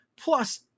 Plus